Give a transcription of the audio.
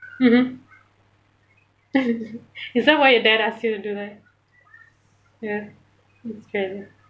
mmhmm is that why your dad asked you to do that ya that's crazy